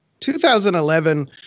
2011